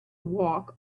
walk